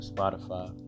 Spotify